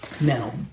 Now